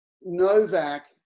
Novak